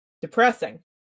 depressing